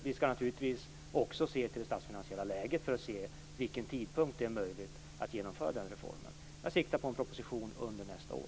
Vi skall naturligtvis också se till det statsfinansiella läget för att se vid vilken tidpunkt det är möjligt att genomföra reformen. Jag siktar på en proposition under nästa år.